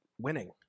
winning